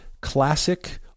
classic